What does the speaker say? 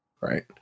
Right